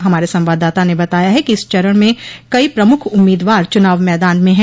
हमारे संवाददाता ने बताया है कि इस चरण में कई प्रमुख उम्मीदवार चुनाव मैदान में है